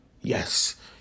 Yes